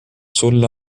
sulle